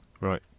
Right